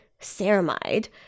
ceramide